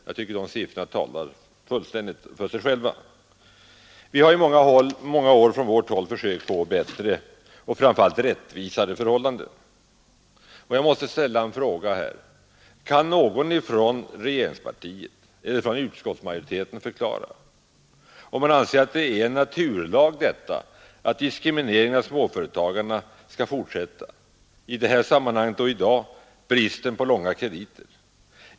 Jag tycker att de siffrorna talar för sig själva. Vi har under många år från vårt håll försökt få bättre och framför allt mera rättvisa förhållanden. Låt mig ställa en fråga: Kan någon från regeringspartiet eller utskottsmajoriteten förklara, om det är en naturlag att diskrimineringen av småföretagen skall fortsätta? I det här sammanhanget gäller det bristen på långa krediter.